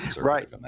Right